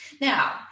Now